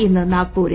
ഇന്ന് നാഗ്പൂരിൽ